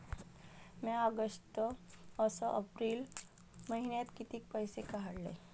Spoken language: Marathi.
म्या ऑगस्ट अस एप्रिल मइन्यात कितीक पैसे काढले?